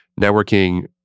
networking